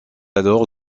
alors